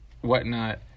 whatnot